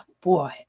boy